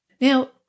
Now